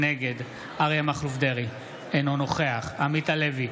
נגד אריה מכלוף דרעי, אינו נוכח עמית הלוי,